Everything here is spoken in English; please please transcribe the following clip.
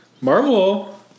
Marvel